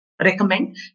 recommend